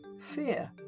fear